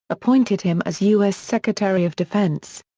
appointed him as u s. secretary of defense.